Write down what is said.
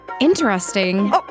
Interesting